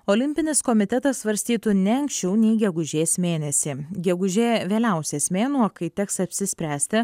olimpinis komitetas svarstytų ne anksčiau nei gegužės mėnesį gegužė vėliausias mėnuo kai teks apsispręsti